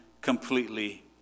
completely